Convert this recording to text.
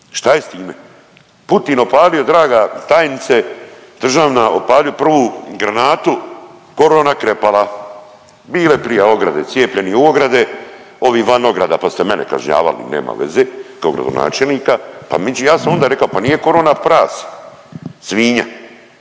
Šta je s time? Putin opalio draga tajnice državna, opalio prvu granatu korona krepala. Bile prije ograde, cijepljeni u ograde, ovi van ograda pa ste mene kažnjavali nema veze kao gradonačelnika, pa …/Govornik se ne razumije./… ja sam onda rekao pa nije korona prase, svinja,